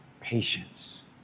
patience